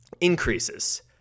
increases